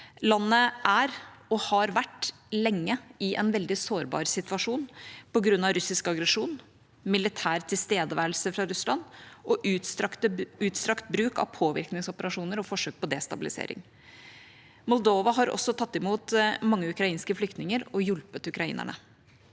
Landet er og har lenge vært i en veldig sårbar situasjon på grunn av russisk aggresjon, militær tilstedeværelse fra Russland og utstrakt bruk av påvirkningsoperasjoner og forsøk på destabilisering. Moldova har også tatt imot mange ukrainske flyktninger og hjulpet ukrainerne.